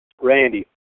Randy